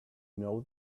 know